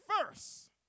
first